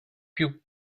più